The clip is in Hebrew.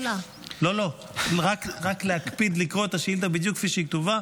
רק להקפיד לקרוא את השאילתה בדיוק כפי שהיא כתובה.